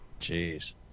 Jeez